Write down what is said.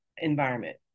environment